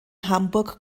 hamburg